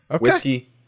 Whiskey